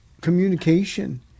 communication